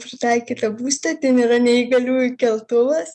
pritaikytą būstą ten yra neįgaliųjų keltuvas